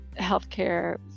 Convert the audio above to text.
healthcare